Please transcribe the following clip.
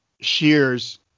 Shears